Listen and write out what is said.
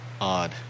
odd